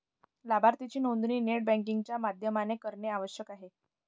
लाभार्थीची नोंदणी net banking च्या माध्यमाने करणे आवश्यक आहे